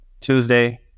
Tuesday